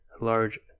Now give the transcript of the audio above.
large